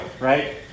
right